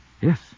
Yes